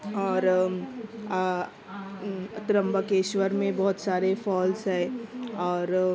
اور اترمبکیشور میں بہت سارے فالز ہے اور